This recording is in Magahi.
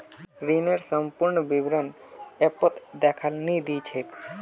ऋनेर संपूर्ण विवरण ऐपत दखाल नी दी छेक